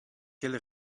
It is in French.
quel